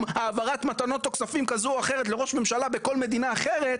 העברת מתנות או כספים כזו או אחרת לראש ממשלה בכל מדינה אחרת